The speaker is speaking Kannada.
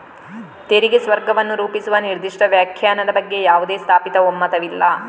ತೆರಿಗೆ ಸ್ವರ್ಗವನ್ನು ರೂಪಿಸುವ ನಿರ್ದಿಷ್ಟ ವ್ಯಾಖ್ಯಾನದ ಬಗ್ಗೆ ಯಾವುದೇ ಸ್ಥಾಪಿತ ಒಮ್ಮತವಿಲ್ಲ